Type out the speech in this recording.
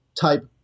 type